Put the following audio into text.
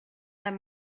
that